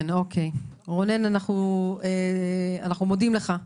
אנחנו מודים לך,